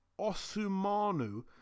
Osumanu